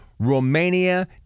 Romania